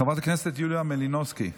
חברת הכנסת יוליה מלינובסקי,